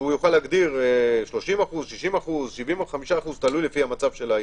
יוכל להגדיר אחוזים לפי מצב העיר,